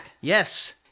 Yes